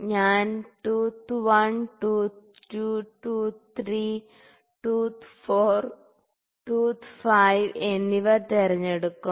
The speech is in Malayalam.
ഞാൻ tooth 1 tooth 2 tooth 3 tooth 4 tooth 5 എന്നിവ തിരഞ്ഞെടുക്കും